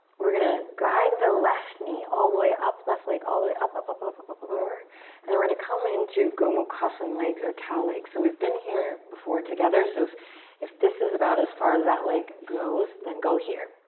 we're gonna guide the left knee all the way up. left leg all the way up, up, up, up, up, up up over there and we're gonna come into gomukhasan legs or cow legs. so we've been here before together. so if if this is about as far as that leg goes, then go here.